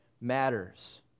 matters